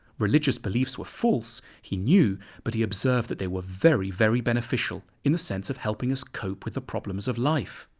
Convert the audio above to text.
religious beliefs were false, he knew but he observed that they were very very beneficial in the sense of helping us cope with the problems of life.